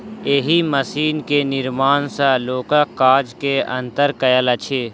एहि मशीन के निर्माण सॅ लोकक काज मे अन्तर आयल अछि